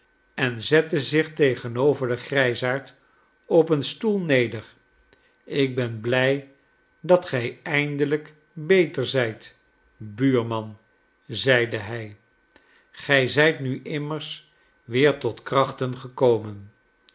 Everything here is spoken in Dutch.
en zette zich tegenover den grijsaard op een stoel neder ik ben blij dat gij eindelijk beter zijt buurman zeide hij gij zijt nu immers weer tot krachten gekomen